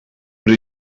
but